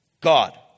God